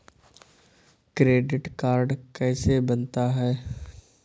Credit card कैसे बनता है?